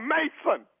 Mason